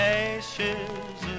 ashes